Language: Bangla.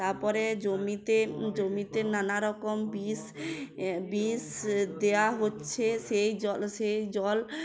তারপরে জমিতে জমিতে নানারকম বিষ বিষ দেয়া হচ্ছে সেই জল সেই জল